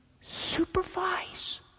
supervise